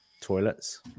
toilets